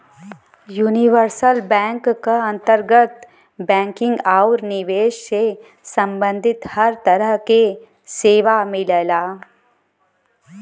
universal bank क अंतर्गत banking आउर निवेश से सम्बंधित हर तरह क सेवा मिलला